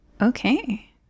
okay